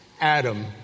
Adam